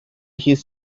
his